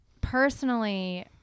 personally